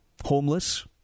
homeless